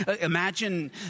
Imagine